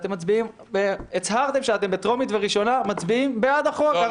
שאתם הצהרתם שאתם בטרומית בראשונה מצביעים בעד החוק.